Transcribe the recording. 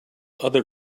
other